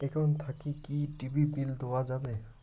Account থাকি কি TV bill দেওয়া যাবে?